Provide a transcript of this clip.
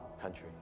country